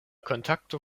kontakto